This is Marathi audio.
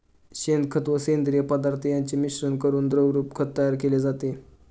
शेणखत व सेंद्रिय पदार्थ यांचे मिश्रण करून द्रवरूप खत तयार केले जाते